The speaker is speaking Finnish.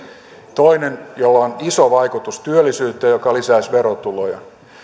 toinen jolla on iso vaikutus työllisyyteen ja joka lisäisi verotuloja